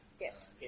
Yes